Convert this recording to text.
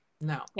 No